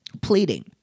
pleading